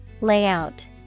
Layout